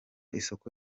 isoko